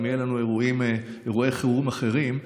אם יהיו לנו אירועי חירום אחרים,